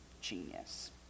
Genius